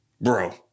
Bro